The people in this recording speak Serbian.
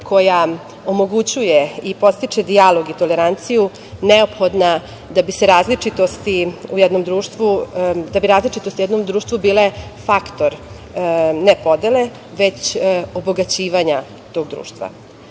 koja omogućuje i podstiče dijalog i toleranciju neophodna da bi različitosti u jednom društvu bile faktor ne podele, već obogaćivanja tog društva. Sigurni